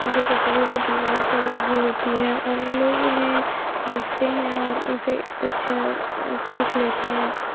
جو تصویریں دیوار پر لگی ہوتی ہے اور لوگ انہیں دیکھتے ہیں اور ان سے کچھ سیکھ لیتے ہیں